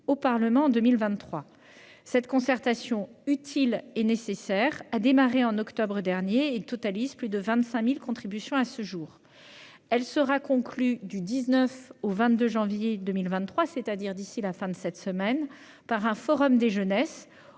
au Parlement en 2023. Cette concertation, utile et nécessaire, a commencé en octobre dernier et compte à ce jour plus 25 000 contributions. Elle sera conclue, du 19 au 22 janvier 2023, donc d'ici à la fin de cette semaine, par un forum des jeunesses-